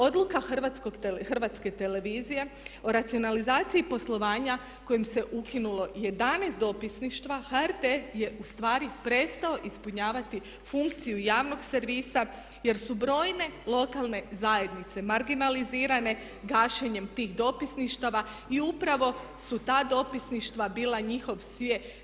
Odluka Hrvatske televizije o racionalizaciji poslovanja kojim se ukinulo 11 dopisništva HRT je u stvari prestao ispunjavati funkciju javnog servisa jer su brojne lokalne zajednice marginalizirane gašenjem tih dopisništava i upravo su ta dopisništva bila njihov svijet.